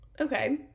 Okay